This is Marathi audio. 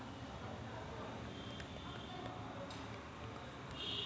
कांद्याले एका हेक्टरमंदी किती किलोग्रॅम खत टाकावं लागन?